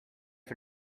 for